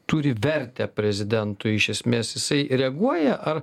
turi vertę prezidentui iš esmės jisai reaguoja ar